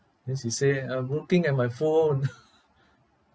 then she say I'm looking at my phone